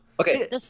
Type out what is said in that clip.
Okay